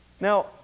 Now